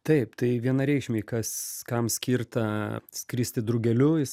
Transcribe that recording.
taip tai vienareikšmiai kas kam skirta skristi drugeliu jis